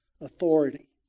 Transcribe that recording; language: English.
authority